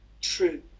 True